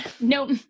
Nope